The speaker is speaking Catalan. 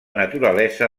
naturalesa